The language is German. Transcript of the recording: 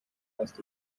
erst